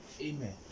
Amen